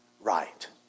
right